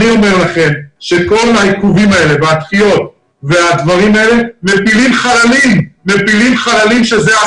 אני אומר לכם שכל העיכובים האלה והדחיות מפילים חללים שאלה הם